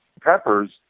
Peppers